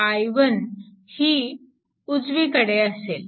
5A i1 ही उजवीकडे असेल